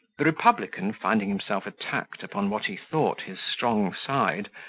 the republican, finding himself attacked upon what he thought his strong side,